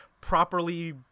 properly